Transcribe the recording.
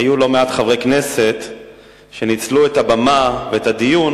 היו לא מעט חברי כנסת שניצלו את הבמה ואת הדיון